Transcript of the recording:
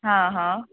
हा हा